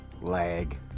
Lag